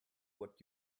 what